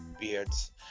beards